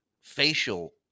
facial